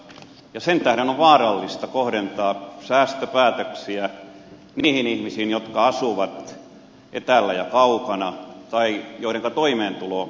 sen tähden on vaarallista kohdentaa säästöpäätöksiä niihin ihmisiin jotka asuvat etäällä ja kaukana tai joidenka toimeentulo on heikompi